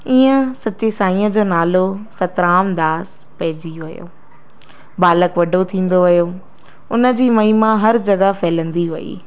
ईअं सच्चे साईंअ जो नालो सतराम दास पइजी वियो बालक वॾो थींदो वियो उन जी महिमा हर जॻहि फैलंदी वई